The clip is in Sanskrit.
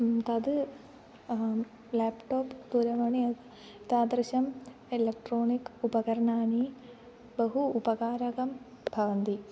तत् लेप्टाप् दूरवाणी तादृशम् एलेक्ट्रोनिक् उपकरणानि बहु उपकारकं भवन्ति